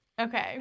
Okay